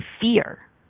fear